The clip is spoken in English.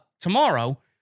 tomorrow